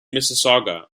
mississauga